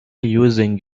using